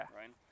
right